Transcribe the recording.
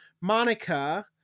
Monica